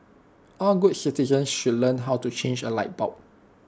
all good citizen should learn how to change A light bulb